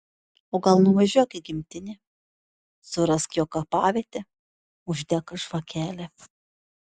o gal nuvažiuok į gimtinę surask jo kapavietę uždek žvakelę